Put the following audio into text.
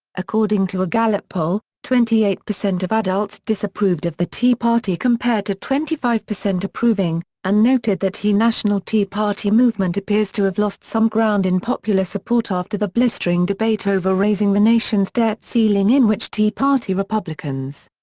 according to a gallup poll, twenty eight percent of adults disapproved of the tea party compared to twenty five percent approving, and noted that he national tea party movement appears to have lost some ground in popular support after the blistering debate over raising the nation's debt ceiling in which tea party republicans.